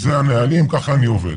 זה המנהגים, ככה אני עובד.